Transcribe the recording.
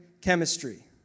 chemistry